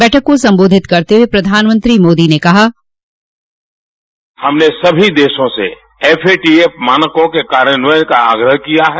बैठक को संबोधित करते हुए प्रधानमंत्री मोदी ने कहा हमने सभी देशों से एफएटीएफ मानको के कार्यान्वयन का आग्रह किया है